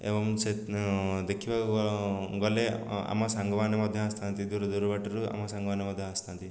ଏବଂ ସେ ଦେଖିବାକୁ ଗଲେ ଆମ ସାଙ୍ଗମାନେ ମଧ୍ୟ ଆସଥାନ୍ତି ଦୂର ଦୂର ବାଟରୁ ଆମ ସାଙ୍ଗମାନେ ମଧ୍ୟ ଆସିଥାନ୍ତି